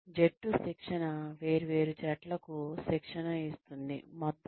జట్టు శిక్షణ వేర్వేరు జట్లకు శిక్షణ ఇస్తుంది మొత్తంగా